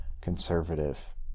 conservative